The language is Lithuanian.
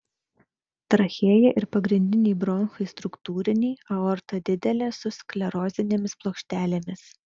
trachėja ir pagrindiniai bronchai struktūriniai aorta didelė su sklerozinėmis plokštelėmis